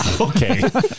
Okay